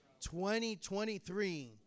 2023